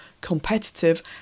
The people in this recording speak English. Competitive